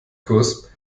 kurs